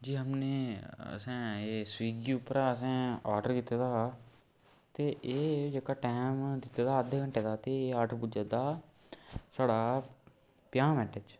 जी हमने असें एह् स्विगी उप्परा असें आर्डर कीते दा हा ते एह् जेह्का टैम दित्ते दा अद्धे घैंटे दा एह् आर्डर पुज्जे दा साढ़ा पंजाह् मैंट्ट च